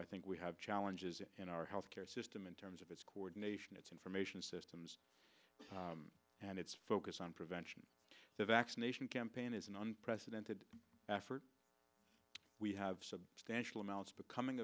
i think we have challenges in our health care system in terms of its coordination its information systems and its focus on prevention the vaccination campaign is an unprecedented effort we have substantial amounts becoming